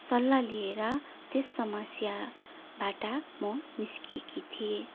सल्लाह लिएर त्यस समस्याबाट म निस्किएकी थिएँ